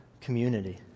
community